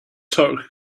talk